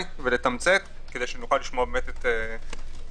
ולתמצת כדי שנוכל לשמוע את המומחים.